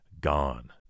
gone